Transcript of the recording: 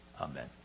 Amen